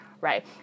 right